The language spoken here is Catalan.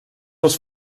els